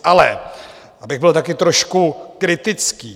Ale abych byl taky trošku kritický.